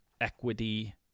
Equity